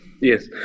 Yes